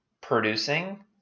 producing